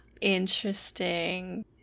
Interesting